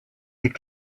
des